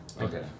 Okay